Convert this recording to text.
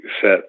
set